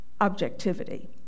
objectivity